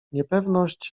niepewność